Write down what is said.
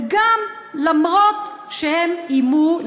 למרות איומיהם,